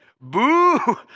Boo